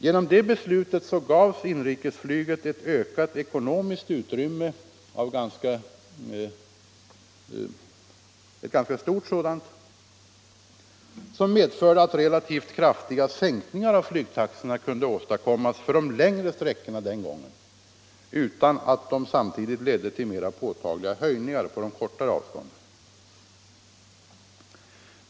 Genom det beslutet gavs inrikesflyget ökat ekonomiskt utrymme — och ett ganska stort sådant —- vilket medförde att relativt kraftiga sänkningar av flygtaxorna den gången kunde åstadkommas för de längre sträckorna utan att det ledde till mera påtagliga höjningar på de kortare avstånden.